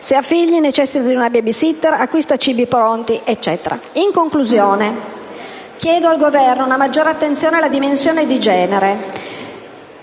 se ha figli necessita di una *baby-sitter*, acquista cibi pronti e altro ancora. In conclusione, chiedo al Governo una maggiore attenzione alla dimensione di genere,